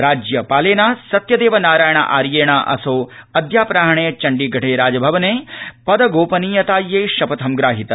राज्यपालेन सत्यदेव नारायण आर्येण असौ अद्यापराह्ने चण्डीगढे राजभवने पद गोपनीयतायै शपथं ग्राहित